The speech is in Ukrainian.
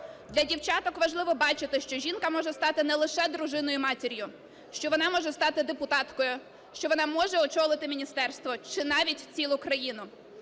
Для дівчаток важливо бачити, що жінка може стати не лише дружиною і матір'ю, що вона може стати депутаткою, що вона може очолити міністерство чи навіть цілу країну,